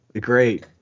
Great